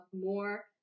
more